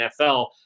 NFL